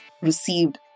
received